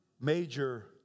major